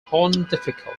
pontifical